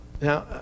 Now